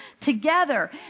together